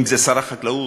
אם שר החקלאות,